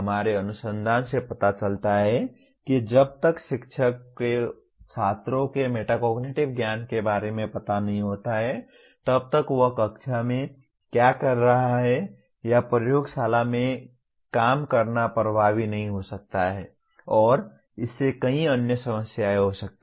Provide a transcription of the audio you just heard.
हमारे अनुसंधान से पता चलता है कि जब तक शिक्षक को छात्रों के मेटाकॉग्निटिव ज्ञान के बारे में पता नहीं होता है तब तक वह कक्षा में क्या कर रहा है या प्रयोगशाला में काम करना प्रभावी नहीं हो सकता है और इससे कई अन्य समस्याएं हो सकती हैं